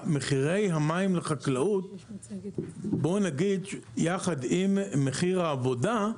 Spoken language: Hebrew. ומחירי המים לחקלאות בוא נגיד יחד עם מחיר העבודה,